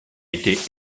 été